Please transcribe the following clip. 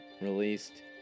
released